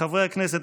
חברי הכנסת,